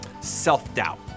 self-doubt